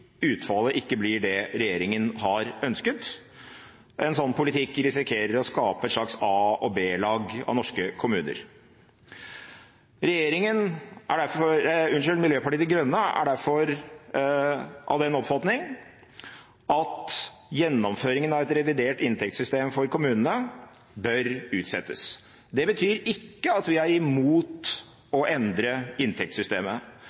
utfallet ikke blir det regjeringen har ønsket. En sånn politikk risikerer å skape et slags A- og B-lag av norske kommuner. Miljøpartiet De Grønne er derfor av den oppfatning at gjennomføringen av et revidert inntektssystem for kommunene bør utsettes. Det betyr ikke at vi er imot å endre inntektssystemet.